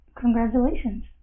congratulations